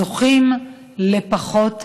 זוכים לפחות הגנה.